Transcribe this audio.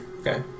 Okay